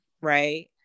right